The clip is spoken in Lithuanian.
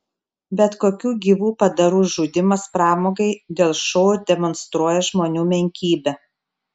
bet kokių gyvų padarų žudymas pramogai dėl šou demonstruoja žmonių menkybę